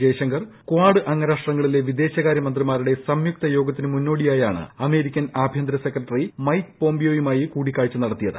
Jaishankar Quad അംഗരാഷ്ട്രങ്ങളിലെ വിദേശകാര്യ മന്ത്രിമാരുടെ സംയുക്ത യോഗത്തിനു മുന്നോടിയായാണ് അമേരിക്കൻ ആഭ്യന്തര സെക്രട്ടറി മൈക്ക് പോംപിയോയുമായി കൂടിക്കാഴ്ച നടത്തിയത്